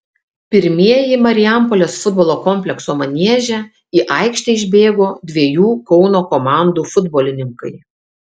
pirmieji marijampolės futbolo komplekso manieže į aikštę išbėgo dviejų kauno komandų futbolininkai